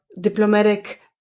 diplomatic